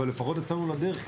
אבל לפחות נצא לדרך,